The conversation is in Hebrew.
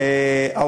למה לא מגרשים אותם?